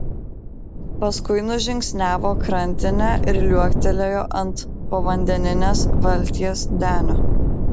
paskui nužingsniavo krantine ir liuoktelėjo ant povandeninės valties denio